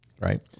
right